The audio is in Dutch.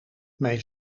mijn